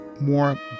more